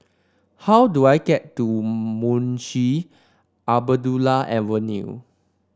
how do I get to Munshi Abdullah Avenue